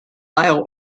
bio